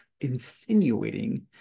insinuating